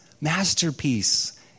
masterpiece